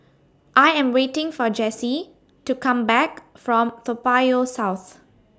I Am waiting For Jessy to Come Back from Toa Payoh South